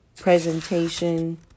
Presentation